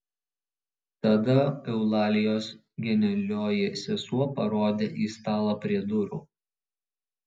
tada eulalijos genialioji sesuo parodė į stalą prie durų